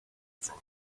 from